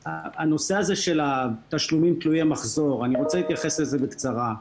הנושא הזה של התשלומים תלויי מחזור אני רוצה להתייחס לזה בקצרה.